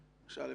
למשל,